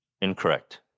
Incorrect